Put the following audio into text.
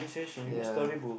ya